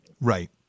Right